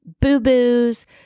boo-boos